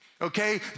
Okay